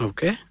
Okay